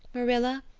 marilla,